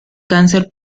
cáncer